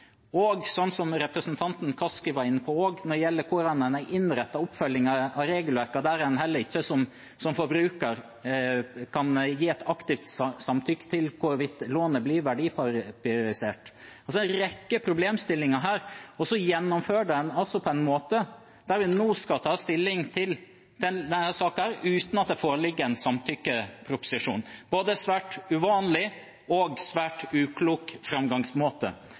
Som representanten Kaski også var inne på når det gjelder hvordan en har innrettet oppfølgingen av regelverkene, kan man heller ikke som forbruker gi et aktivt samtykke til hvorvidt lånet blir verdipapirisert. Det er en rekke problemstillinger her, og så gjennomfører en det altså på en måte der vi nå skal ta stilling til denne saken her uten at det foreligger en samtykkeproposisjon? Det er en både svært uvanlig og svært uklok framgangsmåte.